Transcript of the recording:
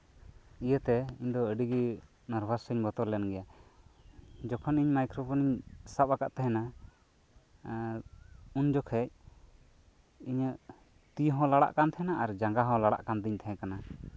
ᱤᱭᱟᱹᱛᱮ ᱤᱧ ᱫᱚ ᱟᱹᱰᱤ ᱜᱮ ᱱᱟᱨᱵᱷᱟᱥ ᱤᱧ ᱵᱚᱛᱚᱨ ᱞᱮᱱ ᱜᱮᱭᱟ ᱡᱚᱠᱷᱚᱱ ᱤᱧ ᱢᱟᱭᱠᱳᱨᱳ ᱯᱷᱳᱱ ᱥᱟᱵ ᱟᱠᱟᱫ ᱛᱟᱸᱦᱮᱱᱟ ᱩᱱ ᱡᱚᱠᱷᱮᱡ ᱤᱧᱟᱹᱜ ᱛᱤ ᱦᱚᱸ ᱞᱟᱲᱟᱜ ᱠᱟᱱ ᱛᱟᱸᱦᱮᱱᱟ ᱟᱨ ᱡᱟᱸᱜᱟ ᱦᱚᱸ ᱞᱟᱲᱟᱜ ᱠᱟᱱ ᱛᱤᱧ ᱛᱟᱸᱦᱮ ᱠᱟᱱᱟ